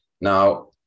Now